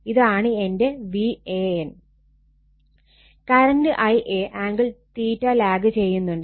ഇതാണ് എന്റെ VAN current Ia angle lag ചെയ്യന്നുണ്ട്